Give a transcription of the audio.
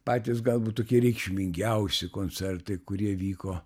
patys galbūt tokie reikšmingiausi koncertai kurie vyko